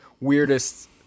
weirdest